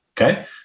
okay